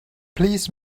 please